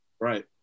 Right